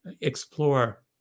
explore